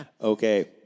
Okay